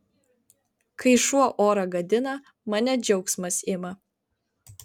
kai šuo orą gadina mane džiaugsmas ima